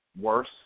worse